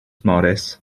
morris